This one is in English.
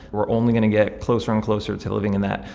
we're only going to get closer and closer to living in that,